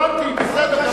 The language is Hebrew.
הבנתי, בסדר.